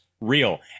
real